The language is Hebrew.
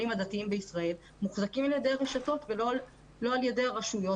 הדתיים בישראל מוחזקים על ידי רשתות ולא על ידי הרשויות